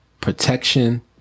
protection